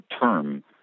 term